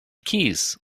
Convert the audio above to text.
keys